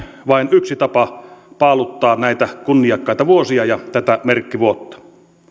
vain yksi tapa paaluttaa näitä kunniakkaita vuosia ja tätä merkkivuotta